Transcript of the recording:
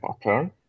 pattern